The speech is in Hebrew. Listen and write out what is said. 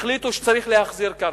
החליטו שצריך להחזיר קרקע.